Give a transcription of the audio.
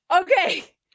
Okay